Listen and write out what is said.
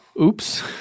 oops